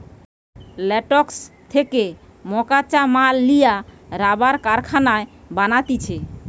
latex থেকে মকাঁচা মাল লিয়া রাবার কারখানায় বানাতিছে